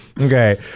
Okay